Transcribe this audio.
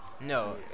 No